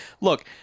look